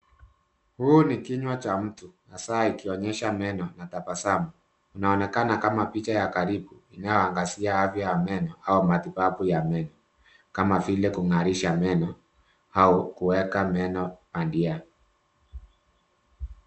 Huu ni kinywa cha mtu, na saa hi kionyesha meno, anabasama. Naonakana kama picha ya karibu, inayo angasia matiba ya meno, kama matibaku ya meno. Kama file kungarisha meno. au kuweka meno bandia.